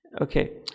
Okay